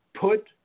put